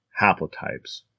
haplotypes